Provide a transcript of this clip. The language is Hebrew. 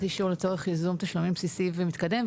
אישור לצורך ייזום תשלומים בסיסי ומתקדם.